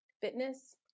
fitness